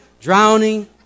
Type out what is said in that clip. drowning